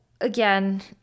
again